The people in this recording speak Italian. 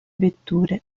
vetture